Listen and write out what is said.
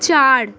চার